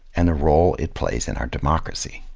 and the role it plays in our democracy.